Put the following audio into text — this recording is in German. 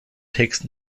text